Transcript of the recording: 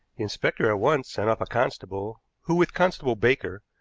inspector at once sent off a constable, who, with constable baker,